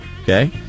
Okay